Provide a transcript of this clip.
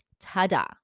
ta-da